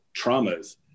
traumas